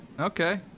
Okay